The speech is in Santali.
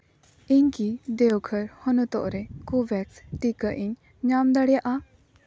ᱤᱧ ᱠᱤ ᱫᱮᱣᱜᱷᱚᱨ ᱦᱚᱱᱚᱛ ᱨᱮ ᱠᱳᱼᱵᱷᱮᱠᱥ ᱴᱤᱠᱟᱹ ᱤᱧ ᱧᱟᱢ ᱫᱟᱲᱤᱭᱟᱜᱼᱟ